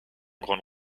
grande